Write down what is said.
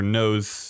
nose